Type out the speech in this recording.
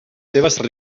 seves